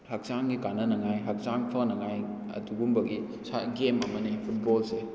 ꯍꯛꯆꯥꯡꯒꯤ ꯀꯥꯟꯅꯅꯉꯥꯏ ꯍꯛꯆꯥꯡ ꯐꯅꯉꯥꯏ ꯑꯗꯨꯒꯨꯝꯕꯒꯤ ꯁꯥꯏꯠ ꯒꯦꯝ ꯑꯃꯅꯤ ꯐꯨꯠꯕꯣꯜꯁꯦ